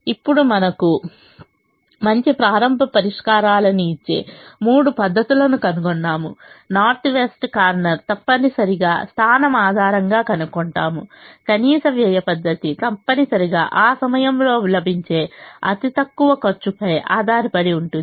ఇప్పుడు మనకు మంచి ప్రారంభ పరిష్కారాలను ఇచ్చే మూడు పద్ధతులను కనుగొన్నామునార్త్ వెస్ట్ కార్నర్ తప్పనిసరిగా స్థానం ఆధారంగా కనుకుంటాము కనీస వ్యయ పద్ధతి తప్పనిసరిగా ఆ సమయంలో లభించే అతి తక్కువ ఖర్చుపై ఆధారపడి ఉంటుంది